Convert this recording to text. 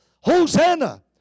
Hosanna